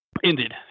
Indeed